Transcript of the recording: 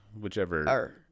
whichever